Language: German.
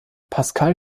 pascal